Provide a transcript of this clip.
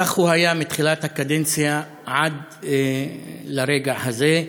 כך הוא היה מתחילת הקדנציה עד לרגע הזה,